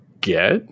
get